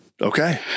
Okay